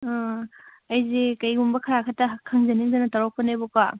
ꯑꯥ ꯑꯩꯁꯤ ꯀꯔꯤꯒꯨꯝꯕ ꯈꯔ ꯈꯛꯇ ꯈꯪꯖꯅꯤꯡꯗꯅ ꯇꯧꯔꯛꯄꯅꯦꯕꯀꯣ